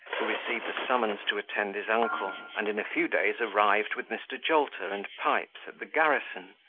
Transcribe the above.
who received a summons to attend his uncle, and in a few days arrived with mr. jolter and pipes at the garrison,